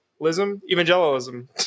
evangelism